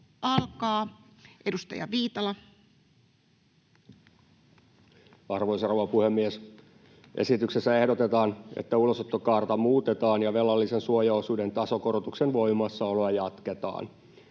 alkaa, edustaja Viitala. Arvoisa rouva puhemies! Esityksessä ehdotetaan, että ulosottokaarta muutetaan ja velallisen suojaosuuden tasokorotuksen voimassaoloa jatketaan.